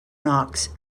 knox